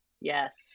yes